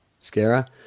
Scara